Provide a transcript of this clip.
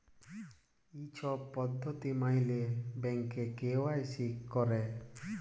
ই ছব পদ্ধতি ম্যাইলে ব্যাংকে কে.ওয়াই.সি ক্যরে